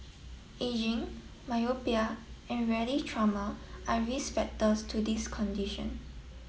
ageing myopia and rarely trauma are risk factors to this condition